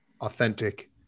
authentic